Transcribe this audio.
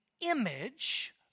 image